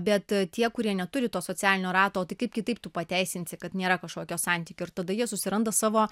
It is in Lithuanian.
bet tie kurie neturi to socialinio rato tai kaip kitaip tu pateisinsi kad nėra kažkokio santykio ir tada jie susiranda savo